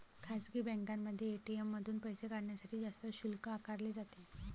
खासगी बँकांमध्ये ए.टी.एम मधून पैसे काढण्यासाठी जास्त शुल्क आकारले जाते